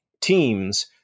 teams